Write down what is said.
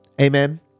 Amen